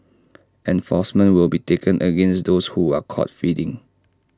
enforcement will be taken against those who are caught feeding